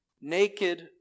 naked